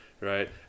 right